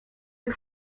ich